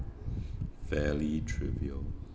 fairly trivial